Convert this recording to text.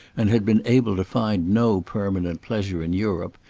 and had been able to find no permanent pleasure in europe,